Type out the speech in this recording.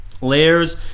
Layers